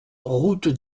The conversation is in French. route